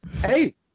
Hey